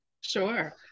Sure